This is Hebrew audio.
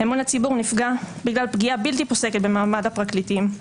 אמון הציבור נפגע בגלל פגיעה בלתי פוסקת במעמד הפרקליטים,